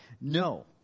No